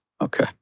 okay